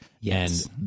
Yes